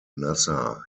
nasser